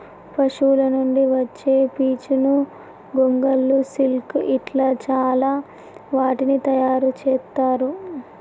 పశువుల నుండి వచ్చే పీచును గొంగళ్ళు సిల్క్ ఇట్లా చాల వాటిని తయారు చెత్తారు